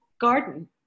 garden